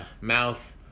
Mouth